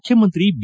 ಮುಖ್ಯಮಂತ್ರಿ ಬಿ